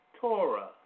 Torah